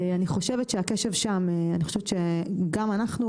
אני חושבת שגם אנחנו,